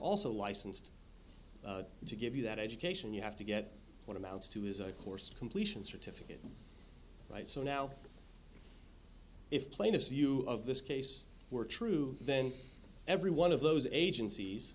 also licensed to give you that education you have to get what amounts to is a course completion certificate right so now if plaintiff's view of this case were true then every one of those agencies